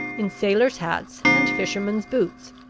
in sailors' hats, and fishermen's boots,